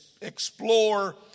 explore